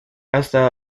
hasta